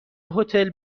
هتل